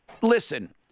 listen